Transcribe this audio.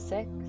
Six